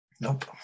Nope